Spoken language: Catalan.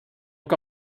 que